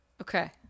Okay